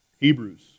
Hebrews